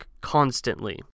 constantly